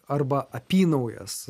arba apynaujas